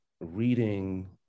reading